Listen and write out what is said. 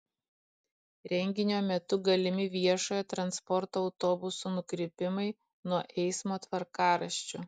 renginio metu galimi viešojo transporto autobusų nukrypimai nuo eismo tvarkaraščių